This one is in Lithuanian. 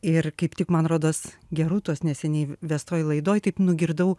ir kaip tik man rodos gerūtos neseniai vestoj laidoj taip nugirdau